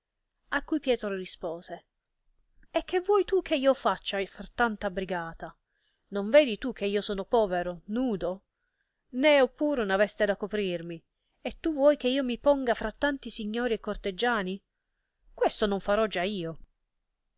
a cui pietro rispose e che vuoi tu che io faccia fra tanta brigata non vedi tu che io sono povero nudo né ho pur una veste da coprirmi e tu vuoi che io mi ponga fra tanti signori e cortegiani questo non farò già io